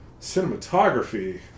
cinematography